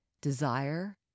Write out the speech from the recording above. Desire